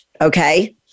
okay